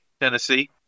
Tennessee